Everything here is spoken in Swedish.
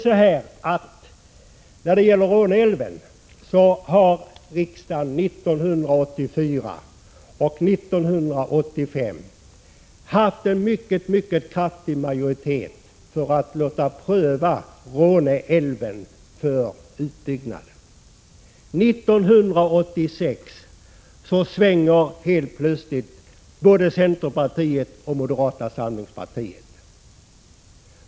Inom riksdagen har 1984 och 1985 funnits en mycket kraftig majoritet för att låta pröva Råneälven för utbyggnad. 1986 svänger helt plötsligt både centerpartiet och moderata samlingspartiet.